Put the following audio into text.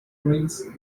grains